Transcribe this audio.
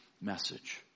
message